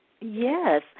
Yes